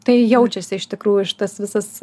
tai jaučiasi iš tikrųjų šitas visas